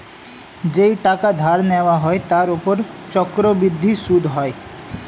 যেই টাকা ধার নেওয়া হয় তার উপর চক্রবৃদ্ধি সুদ হয়